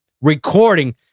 recording